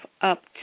up